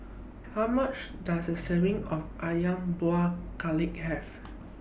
How Many Calories Does A Serving of Ayam Buah Keluak Have